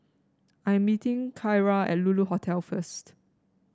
I am meeting Kyra at Lulu Hotel first